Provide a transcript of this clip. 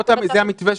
זה המתווה?